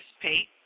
participate